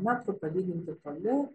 metrų palyginti toli